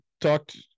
talked